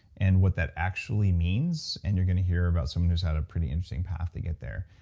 and what that actually means, and you're going to hear about someone who's had a pretty interesting path to get there.